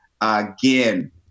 again